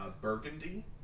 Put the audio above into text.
burgundy